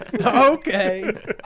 okay